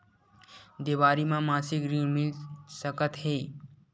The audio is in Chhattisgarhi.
देवारी म मासिक ऋण मिल सकत हे?